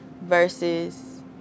Versus